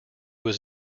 was